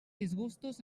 disgustos